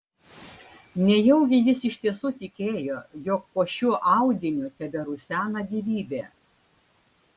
nejaugi jis iš tiesų tikėjo jog po šiuo audiniu teberusena gyvybė